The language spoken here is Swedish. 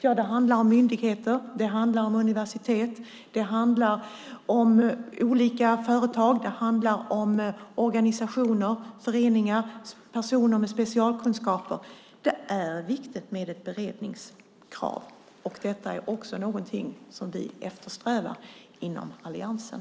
Ja, det handlar om myndigheter, universitet, olika företag, organisationer, föreningar och personer med specialkunskaper. Det är viktigt med ett beredningskrav, och det är någonting som vi eftersträvar inom alliansen.